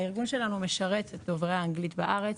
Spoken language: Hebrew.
הארגון שלנו משרת את דוברי האנגלית בארץ